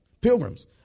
pilgrims